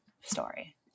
story